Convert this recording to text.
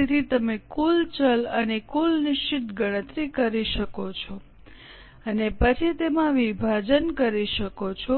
તેથી તમે કુલ ચલ અને કુલ નિશ્ચિત ગણતરી કરી શકો છો અને પછી તેમાં વિભાજન કરી શકો છો